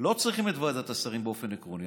לא צריכים את ועדת השרים באופן עקרוני.